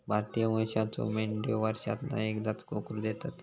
भारतीय वंशाच्यो मेंढयो वर्षांतना एकदाच कोकरू देतत